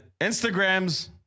Instagrams